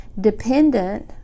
dependent